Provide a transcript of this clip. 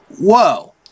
whoa